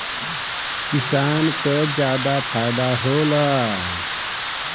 किसान क जादा फायदा होला